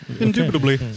Indubitably